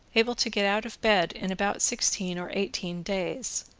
able to get out of bed in about sixteen or eighteen days.